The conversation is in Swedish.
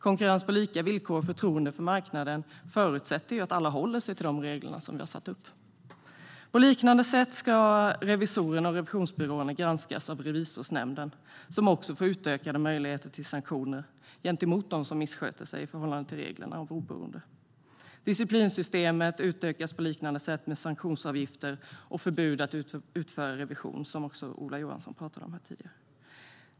Konkurrens på lika villkor och förtroende för marknaden förutsätter ju att alla håller sig till de regler som har satts upp. På liknande sätt ska revisorerna och revisionsbyråerna granskas av Revisorsnämnden, som också får utökade möjligheter till sanktioner gentemot dem som missköter sig i förhållande till reglerna om oberoende. Disciplinsystemet utökas på liknande sätt med sanktionsavgifter och förbud att utföra revision, som också Ola Johansson pratade om här tidigare.